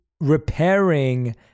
repairing